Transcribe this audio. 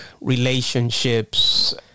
relationships